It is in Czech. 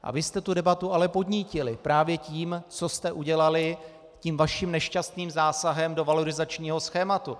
A vy jste tu debatu ale podnítili právě tím, co jste udělali tím vaším nešťastným zásahem do valorizačního schématu.